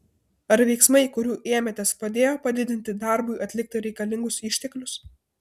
ar veiksmai kurių ėmėtės padėjo padidinti darbui atlikti reikalingus išteklius